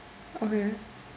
okay